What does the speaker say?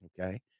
Okay